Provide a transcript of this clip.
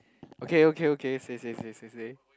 okay okay okay say say say say say